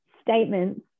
statements